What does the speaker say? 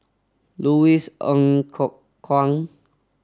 Louis Ng Kok Kwang